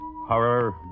Horror